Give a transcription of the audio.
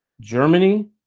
germany